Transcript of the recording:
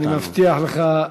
אני מבטיח לך,